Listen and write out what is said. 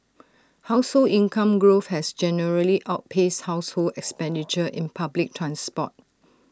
household income growth has generally outpaced household expenditure in public transport